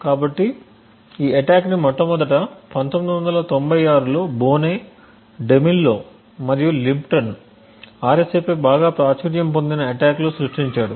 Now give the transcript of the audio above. కాబట్టి ఈ అటాక్ని మొట్టమొదట 1996 లో బోనె డెమిల్లో మరియు లిప్టన్ RSA పై బాగా ప్రాచుర్యం పొందిన అటాక్ లో సృష్టించారు